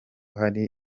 hari